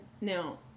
Now